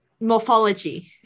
morphology